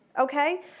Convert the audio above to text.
Okay